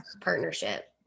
partnership